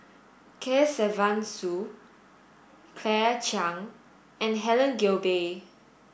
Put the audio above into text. Kesavan Soon Claire Chiang and Helen Gilbey